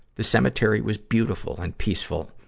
the cemetery was beautiful and peaceful,